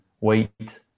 wait